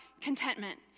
contentment